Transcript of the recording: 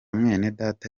mwenedata